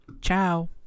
Ciao